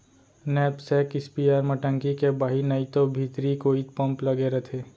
knapsack spare म टंकी के बाहिर नइतो भीतरी कोइत पम्प लगे रथे